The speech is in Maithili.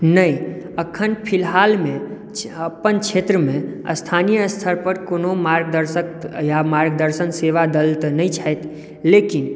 नहि अखन फिलहालमे अपन क्षेत्रमे स्थानीय स्तर पर कोनो मार्गदर्शक या मार्गदर्शन सेवा दल तऽ नहि छथि लेकिन